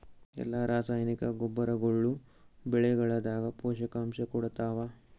ಎಲ್ಲಾ ರಾಸಾಯನಿಕ ಗೊಬ್ಬರಗೊಳ್ಳು ಬೆಳೆಗಳದಾಗ ಪೋಷಕಾಂಶ ಕೊಡತಾವ?